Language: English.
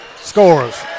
scores